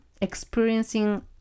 experiencing